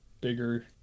bigger